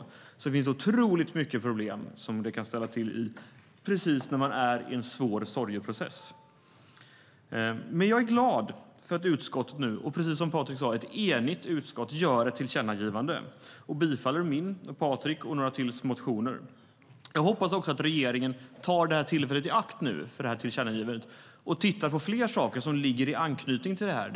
Detta kan ställa till med otroligt mycket problem när man är i en svår sorgeprocess. Jag är glad över att ett enigt utskott, som Patrick Reslow sa, gör ett tillkännagivande och tillstyrker motioner från mig, Patrick och några till. Jag hoppas också att regeringen tar det här tillfället i akt i och med tillkännagivandet och tittar på fler saker som har anknytning till det här.